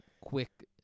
quick